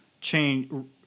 change